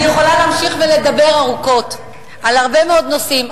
אני יכולה להמשיך ולדבר ארוכות על הרבה מאוד נושאים,